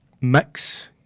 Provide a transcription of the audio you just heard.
mix